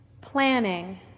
planning